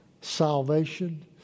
salvation